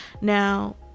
Now